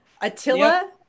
Attila